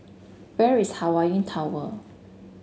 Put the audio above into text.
where is Hawaii Tower